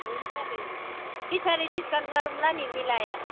हुन्छ नि हुन्छ पिछाडि डिस्काउन्ट गरौँला नि मिलाएर